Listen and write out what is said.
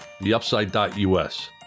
theupside.us